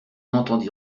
entendit